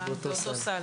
באותו סל,